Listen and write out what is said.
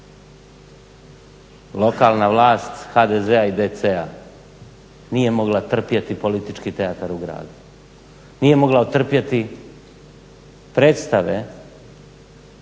Lokalna vlast HDZ-a i DC-a nije mogla trpjeti politički teatar u gradu, nije mogla otrpjeti predstave